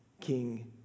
King